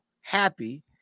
happy